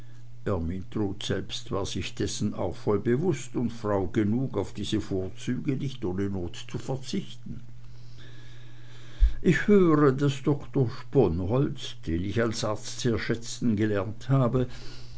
selbst war sich dessen auch voll bewußt und frau genug auf diese vorzüge nicht ohne not zu verzichten ich höre daß doktor sponholz den ich als arzt sehr schätzen gelernt habe